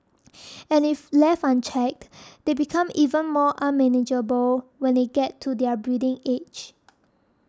and if left unchecked they become even more unmanageable when they get to their breeding age